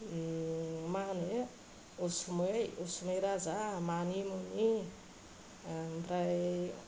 मा होनो उसुमै उसुमै राजा मानि मुनि ओमफ्राय